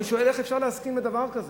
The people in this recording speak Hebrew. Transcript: אני שואל, איך אפשר להסכים לדבר כזה?